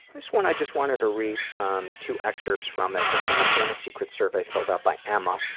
this one, i just wanted to read um two excerpts from it, it's from the shame and secrets survey filled out by emma,